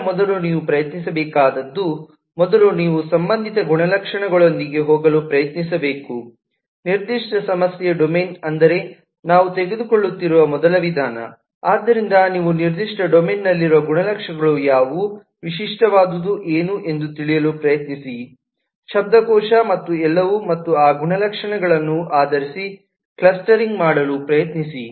ನಂತರ ಮೊದಲು ನೀವು ಪ್ರಯತ್ನಿಸಬೇಕಾದದ್ದು ಮೊದಲು ನೀವು ಸಂಬಂಧಿತ ಗುಣಲಕ್ಷಣಗಳೊಂದಿಗೆ ಹೋಗಲು ಪ್ರಯತ್ನಿಸಬೇಕು ನಿರ್ದಿಷ್ಟ ಸಮಸ್ಯೆ ಡೊಮೇನ್ಗೆ ಅಂದರೆ ನಾವು ತೆಗೆದುಕೊಳ್ಳುತ್ತಿರುವ ಮೊದಲ ವಿಧಾನ ಆದ್ದರಿಂದ ನೀವು ನಿರ್ದಿಷ್ಟ ಡೊಮೇನ್ನಲ್ಲಿರುವ ಗುಣಲಕ್ಷಣಗಳು ಯಾವುವು ವಿಶಿಷ್ಟವಾದದ್ದು ಏನು ಎಂದು ತಿಳಿಯಲು ಪ್ರಯತ್ನಿಸಿ ಶಬ್ದಕೋಶ ಮತ್ತು ಎಲ್ಲವೂ ಮತ್ತು ಆ ಗುಣಲಕ್ಷಣಗಳನ್ನು ಆಧರಿಸಿ ಕ್ಲಸ್ಟರಿಂಗ್ ಮಾಡಲು ಪ್ರಯತ್ನಿಸಿ